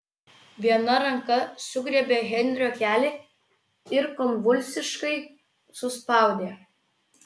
viena ranka sugriebė henrio kelį ir konvulsiškai suspaudė